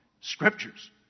scriptures